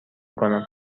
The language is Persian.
کنم